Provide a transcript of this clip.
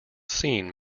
scene